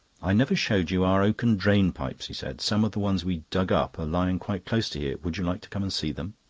i never showed you our oaken drainpipes, he said. some of the ones we dug up are lying quite close to here. would you like to come and see them?